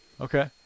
Okay